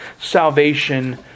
salvation